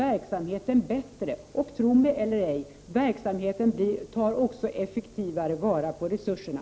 Verksamheten blir då bättre och — tro mig eller ej — den tar också effektivare vara på resurserna.